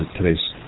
today's